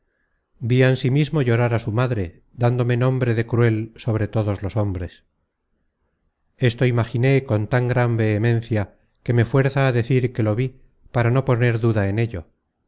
from google book search generated at su madre dándome nombre de cruel sobre todos los hombres esto imaginé con tan gran vehemencia que me fuerza á decir que lo vi para no poner duda en ello